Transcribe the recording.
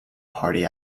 party